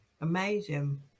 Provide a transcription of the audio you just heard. amazing